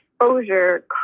exposure